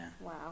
Wow